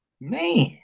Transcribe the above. Man